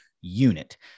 unit